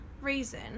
reason